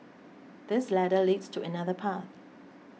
this ladder leads to another path